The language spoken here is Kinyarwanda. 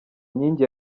nkingi